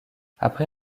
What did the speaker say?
après